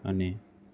અને